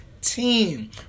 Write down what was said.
team